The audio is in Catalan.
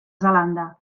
zelanda